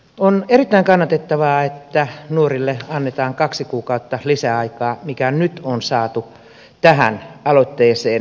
on erittäin kannatettavaa että nuorille annetaan kaksi kuukautta lisäaikaa mikä nyt on saatu tähän aloitteeseen esille